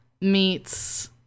meets